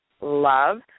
love